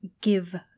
give